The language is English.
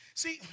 see